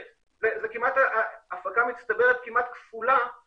צריכה להיות הסתכלות קדימה ולא